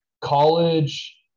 College